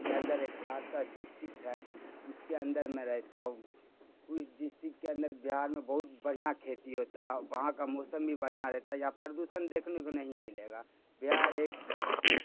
کے اندر ایک سہرسہ ڈسٹک ہے اس کے اندر میں رہتا ہوں اس ڈسٹکٹ کے اندر بہار میں بہت بڑھیاں کھیتی ہوتا ہے وہاں کا موسم بھی بڑھیاں رہتا ہے یہاں پردوشن دیکھنے کو نہیں ملے گا بہار ایک بہت